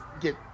get